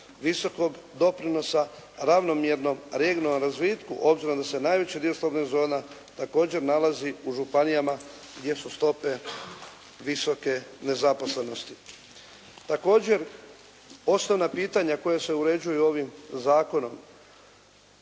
visokog doprinosa ravnomjernog regionalnom razvitku, obzirom da se najveći dio slobodnih zona također nalazi u županijama gdje su stope visoke nezaposlenosti. Također osnovna pitanja koja se uređuju ovim zakonom